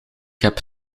heb